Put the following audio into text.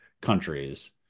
countries